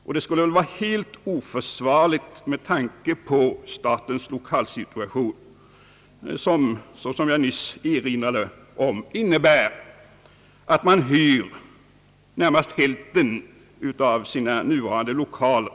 Detta skulle vara helt oförsvarligt med tanke på statens lokalsituation. Den innebär ju — som jag nyss erinrade om — att man hyr nästan hälften av nuvarande lokaler.